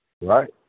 Right